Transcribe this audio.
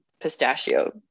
pistachio